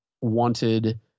wanted